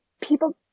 people